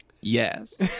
Yes